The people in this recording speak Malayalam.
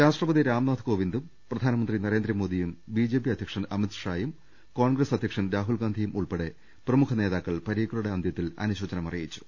രാഷ്ട്രപതി രാംനാഥ് കോവിന്ദും പ്രധാനമന്ത്രി നരേന്ദ്രമോദിയും ബിജെപി അധ്യക്ഷൻ അമിത്ഷായും കോൺഗ്രസ് അധ്യക്ഷൻ രാഹുൽ ഗാന്ധിയും ഉൾപ്പെടെ പ്രമുഖ നേതാക്കൾ പ്രീക്കറുടെ അന്തൃത്തിൽ അനുശോചനം അറിയിച്ചു